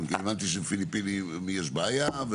הבנתי שעם הפיליפינים יש בעיה.